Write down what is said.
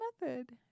method